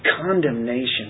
Condemnation